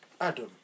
Adam